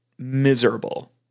miserable